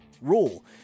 rule